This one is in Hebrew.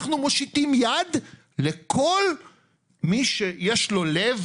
אנחנו מושיטים יד לכל מי שיש לו לב